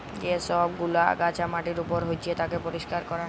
যে সব গুলা আগাছা মাটির উপর হচ্যে তাকে পরিষ্কার ক্যরা